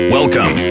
Welcome